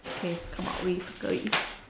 okay come out with